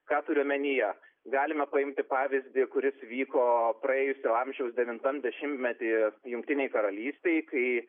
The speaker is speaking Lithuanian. ką turiu omenyje galime paimti pavyzdį kuris vyko praėjusio amžiaus devintam dešimtmety jungtinėj karalystėj kai